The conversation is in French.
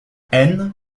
haine